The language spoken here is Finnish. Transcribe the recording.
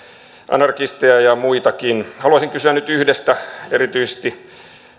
anarkisteja ja ja muitakin haluaisin kysyä nyt erityisesti yhdestä